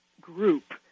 group